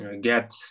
get